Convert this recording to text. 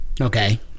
Okay